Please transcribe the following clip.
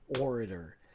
orator